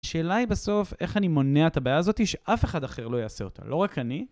שאלה היא בסוף איך אני מונע את הבעיה הזאתי שאף אחד אחר לא יעשה אותה, לא רק אני.